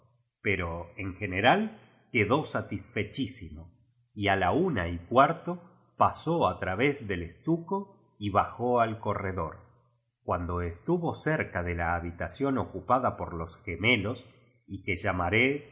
pero en general quedó satisfechísimo y a la una y cuarto pasó a través del estuco y bajó al corredor cuando estuvo cerca de la habitación ocu pada por los gemelos y que llamaré el